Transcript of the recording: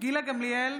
גילה גמליאל,